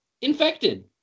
Infected